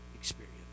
experience